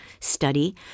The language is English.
study